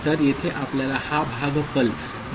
तर येथे आपल्याला हा भागफल देखील मिळेल